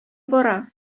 бара